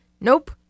Nope